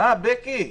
כן, בקי.